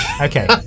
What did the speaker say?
Okay